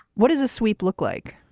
what is a sweep look like?